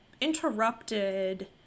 interrupted